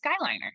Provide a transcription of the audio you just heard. skyliner